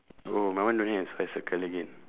oh my one don't have I circle again